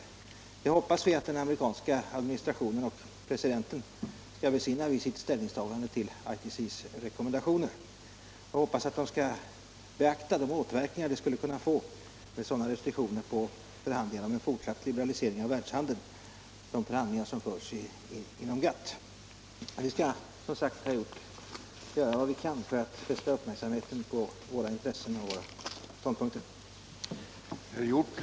Detta hoppas vi att den amerikanska administrationen och presidenten skall besinna vid sitt ställningstagande till ITC:s rekommendationer och att man kommer att beakta de återverkningar som sådana restriktioner skulle kunna få på en fortsatt liberalisering av världshandeln vid de förhandlingar som förs inom GATT. Men vi skall som sagt göra vad vi kan för att rikta uppmärksamheten på våra intressen och för att hävda våra ståndpunkter.